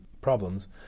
problems